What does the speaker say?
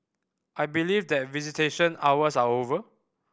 I believe that visitation hours are over